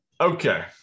Okay